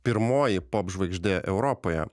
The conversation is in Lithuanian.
pirmoji popžvaigždė europoje